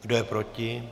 Kdo je proti?